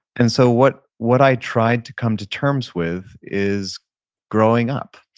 and so, what what i tried to come to terms with is growing up.